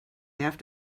have